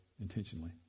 intentionally